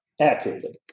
accurately